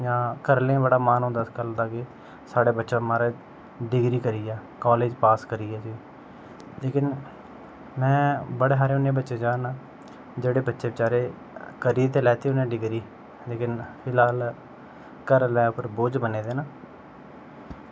जां करने गी बड़ा मन होंदा करने गी साढ़े बच्चे म्हाराज डिग्री करियै कॉलेज पास करियै में बड़े हारे उनें बच्चें गी जानना जेह्ड़े बच्चे बेचारे करी ते लैती उनें डिग्री फिलहाल घरें आह्लें उप्पर बोझ बने दे न